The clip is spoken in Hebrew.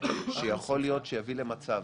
שיכול להיות שיביא למצב